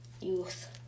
youth